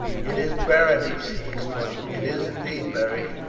it is berenice! he exclaimed. it is indeed, beric,